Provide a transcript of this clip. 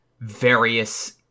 various